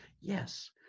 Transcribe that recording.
yes